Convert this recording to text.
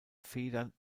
federn